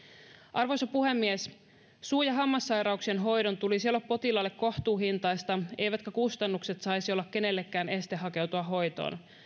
arvoisa puhemies suu ja hammassairauksien hoidon tulisi olla potilaalle kohtuuhintaista eivätkä kustannukset saisi olla kenellekään este hakeutua hoitoon